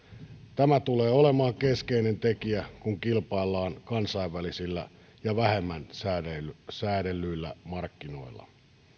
tämä tulee olemaan keskeinen tekijä kun kilpaillaan kansainvälisillä ja vähemmän säädellyillä säädellyillä markkinoilla